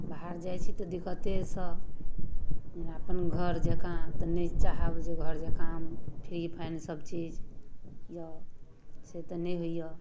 बाहर जाइ छी तऽ दिक्कतेसँ जेना अपन घर जकाँ तऽ नहि चाहब घर जकाँ फ्री फाइन सबचीज अइ से तऽ नहि होइए